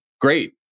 Great